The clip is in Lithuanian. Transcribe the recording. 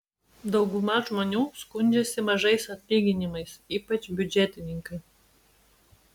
dauguma žmonių skundžiasi mažais atlyginimais ypač biudžetininkai